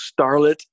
Starlet